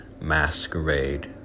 Masquerade